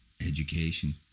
education